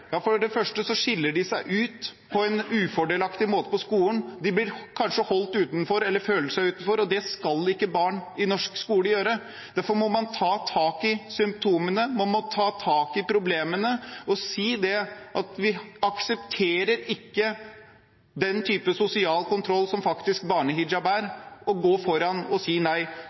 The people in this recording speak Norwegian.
skal ikke barn i norsk skole gjøre. Derfor må man ta tak i symptomene, man må ta tak i problemene og si at vi aksepterer ikke den type sosial kontroll som barnehijab faktisk er, og gå foran og si nei.